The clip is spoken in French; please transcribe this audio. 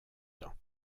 temps